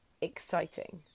exciting